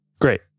Great